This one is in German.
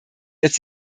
jetzt